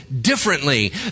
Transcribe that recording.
differently